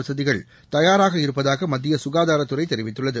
வசதிகள் தயாராக இருப்பதாக மத்திய சுகாதாரத்துறை தெரிவித்துள்ளது